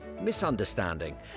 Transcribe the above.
misunderstanding